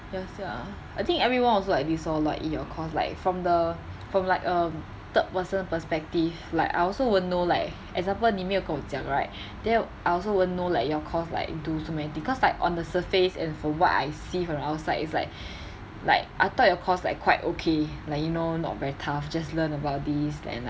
ya sia I think everyone also like this lor like in your course like from the from like a third person perspective like I also won't know like example 你没有跟我讲 right then I also won't know like your course like do so many things cause like on the surface and from what I see from the outside it's like like I thought your course like quite okay like you know not very tough just learn about this and like